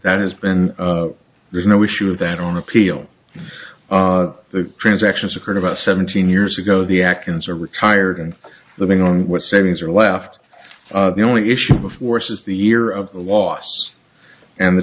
that has been there's no issue of that on appeal the transactions occurred about seventeen years ago the actions are retired and living on what savings are left the only issue of force is the year of the loss and the